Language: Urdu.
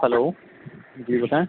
ہیلو جی بتائیں